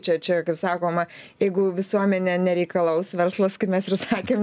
čia čia kaip sakoma jeigu visuomenė nereikalaus verslas kaip mes ir sakėm